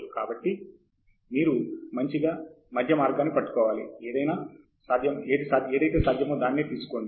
కాబట్టి మీరు మంచిగా మధ్య మార్గాన్ని పట్టుకోవాలి ఏదైతే సాధ్యమో దానినే తీసుకోండి